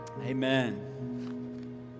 Amen